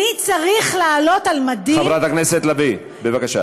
אני צריך לעלות על מדים, חברת הכנסת לביא, בבקשה.